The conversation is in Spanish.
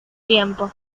tiempo